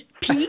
peak